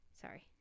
Sorry